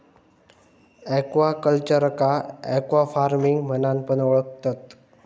एक्वाकल्चरका एक्वाफार्मिंग म्हणान पण ओळखतत